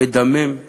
מדמם,